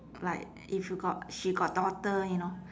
like if you got she got daughter you know